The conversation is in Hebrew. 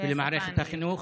ולמערכת החינוך.